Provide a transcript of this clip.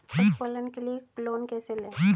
पशुपालन के लिए लोन कैसे लें?